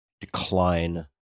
decline